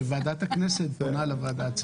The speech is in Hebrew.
שוועדת הכנסת פונה לוועדה הציבורית.